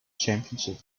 championship